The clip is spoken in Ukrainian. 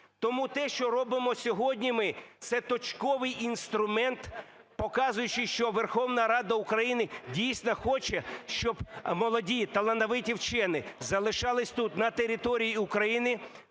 Тому те, що робимо сьогодні ми, – це точковий інструмент, показуючи, що Верховна Рада України дійсно хоче щоб молоді талановиті вчені залишались тут, на території України,